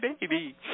baby